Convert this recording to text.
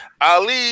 Ali